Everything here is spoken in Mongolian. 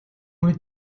үед